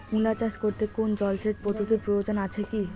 মূলা চাষ করতে কোনো জলসেচ পদ্ধতির প্রয়োজন আছে কী?